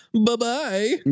Bye-bye